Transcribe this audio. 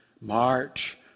march